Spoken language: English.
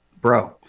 Bro